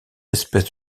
espèces